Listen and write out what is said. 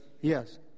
Yes